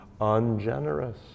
ungenerous